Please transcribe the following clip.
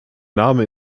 name